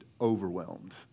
overwhelmed